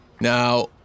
Now